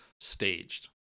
staged